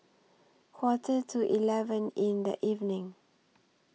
Quarter to eleven in The evening